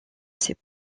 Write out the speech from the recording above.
ces